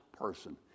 person